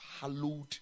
hallowed